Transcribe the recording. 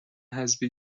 حذفی